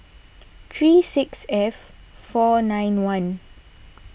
three six F four nine one